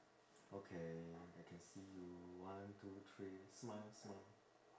okay I can see you one two three smile smile